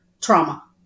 trauma